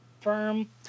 firm